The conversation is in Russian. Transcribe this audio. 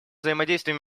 взаимодействие